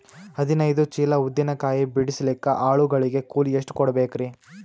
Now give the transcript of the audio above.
ಹದಿನೈದು ಚೀಲ ಉದ್ದಿನ ಕಾಯಿ ಬಿಡಸಲಿಕ ಆಳು ಗಳಿಗೆ ಕೂಲಿ ಎಷ್ಟು ಕೂಡಬೆಕರೀ?